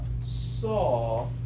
saw